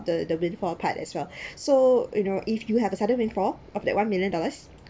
the the windfall part as well so you know if you have a sudden windfall of that one million dollars